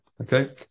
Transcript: Okay